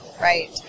Right